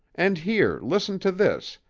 and here, listen to this,